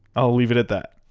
i'll leave it at that.